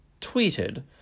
tweeted